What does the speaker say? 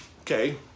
Okay